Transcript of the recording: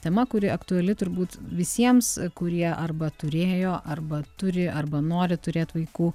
tema kuri aktuali turbūt visiems kurie arba turėjo arba turi arba nori turėt vaikų